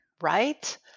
Right